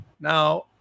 Now